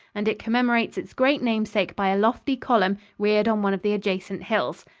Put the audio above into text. and it commemorates its great namesake by a lofty column reared on one of the adjacent hills.